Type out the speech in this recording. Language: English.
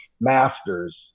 masters